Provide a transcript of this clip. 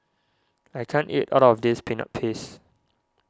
I can't eat all of this Peanut Paste